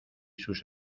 sus